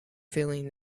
feeling